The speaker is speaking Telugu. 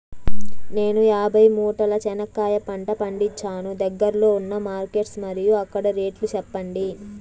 నేను యాభై మూటల చెనక్కాయ పంట పండించాను దగ్గర్లో ఉన్న మార్కెట్స్ మరియు అక్కడ రేట్లు చెప్పండి?